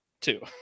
two